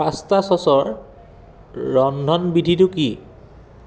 pasta ছচৰ ৰন্ধনবিধিটো কি